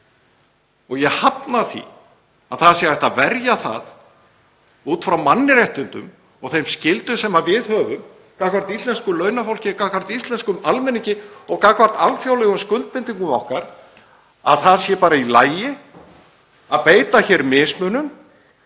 Ég hafna því að hægt sé að verja það út frá mannréttindum og þeim skyldum sem við höfum gagnvart íslensku launafólki, gagnvart íslenskum almenningi og gagnvart alþjóðlegum skuldbindingum okkar, að það sé bara í lagi að beita hér mismunun